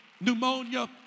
pneumonia